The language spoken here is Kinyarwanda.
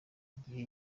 igihe